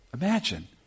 imagine